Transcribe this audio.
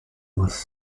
with